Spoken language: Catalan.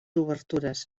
obertures